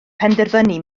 penderfynu